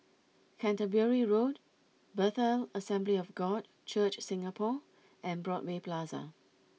Canterbury Road Bethel Assembly of God Church Singapore and Broadway Plaza